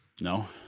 No